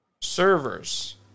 servers